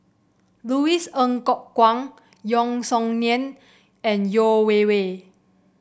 Louis Ng Kok Kwang Yeo Song Nian and Yeo Wei Wei